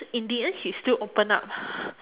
in the end he still open up